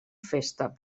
festa